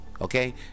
Okay